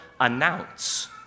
announce